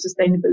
Sustainability